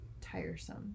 tiresome